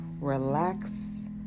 relax